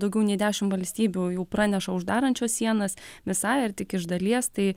daugiau nei dešimt valstybių jau praneša uždarančios sienas visai ar tik iš dalies tai